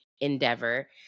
endeavor